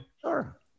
Sure